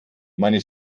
meine